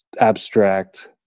abstract